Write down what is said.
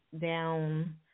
down